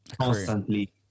constantly